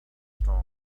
storm